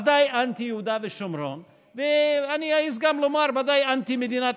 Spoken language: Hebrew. ודאי אנטי יהודה ושומרון,